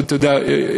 אתה יודע,